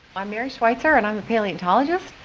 i'm mary schweitzer and i'm a palaeontologist.